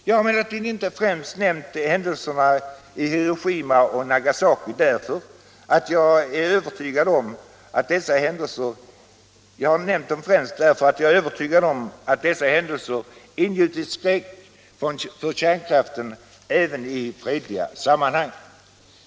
Jag har emellertid främst nämnt händelserna i Hiroshima och Nagasaki därför att jag är övertygad om att dessa händelser ingjutit skräck för kärnkraften även i fredliga sammanhang.